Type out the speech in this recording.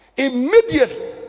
Immediately